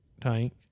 tank